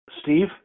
Steve